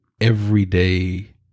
everyday